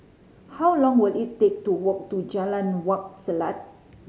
how long will it take to walk to Jalan Wak Selat